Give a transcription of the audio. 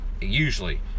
usually